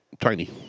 tiny